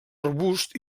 arbusts